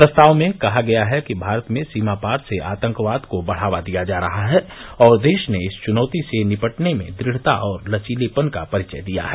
प्रस्ताव में कहा गया है कि भारत में सीमापार से आतंकवाद को बढ़ावा दिया जा रहा है और देश ने इस चुनौती से निपटने में दृढ़ता और लचीलेपन का परिचय दिया है